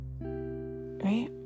Right